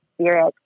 spirit